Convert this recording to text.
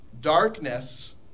Darkness